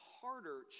harder